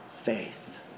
faith